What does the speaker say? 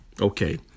Okay